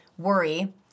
worry